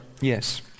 Yes